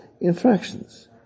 infractions